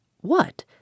What